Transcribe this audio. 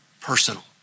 personal